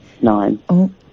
nine